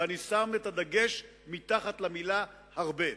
ואני מדגיש מתחת למלה "הרבה".